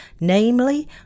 namely